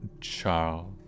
Charles